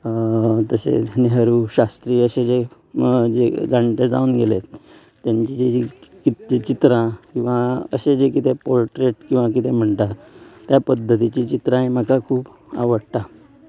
तशेंच नेहरू शास्त्रीय अशें जे जाणटे जावन गेले तेंचे जे चित्रां अशें जे कितें पोर्ट्रेट किंवां कितें म्हणटा त्या पद्दतीची चित्रां म्हाका खूब आवडटा